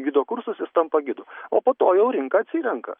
gido kursus jis tampa gidu o po to jau rinka atsirenka